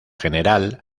general